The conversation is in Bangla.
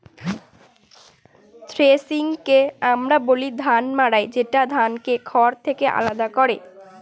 থ্রেশিংকে আমরা বলি ধান মাড়াই যেটা ধানকে খড় থেকে আলাদা করে